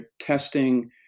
testing